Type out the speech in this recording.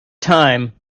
time